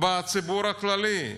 בציבור הכללי?